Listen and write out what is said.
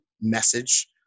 message